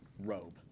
robe